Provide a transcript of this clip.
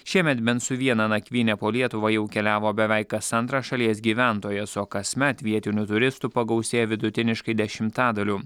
šiemet bent su viena nakvyne po lietuvą jau keliavo beveik kas antras šalies gyventojas o kasmet vietinių turistų pagausėja vidutiniškai dešimtadaliu